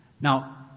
Now